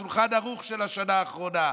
השולחן ערוך של השנה האחרונה,